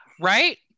Right